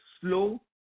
slow